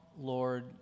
Lord